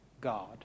God